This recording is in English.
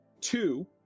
Two